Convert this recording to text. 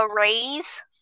raise